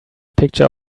picture